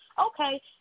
Okay